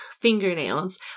fingernails